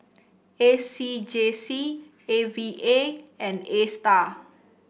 A C J C A V A and Astar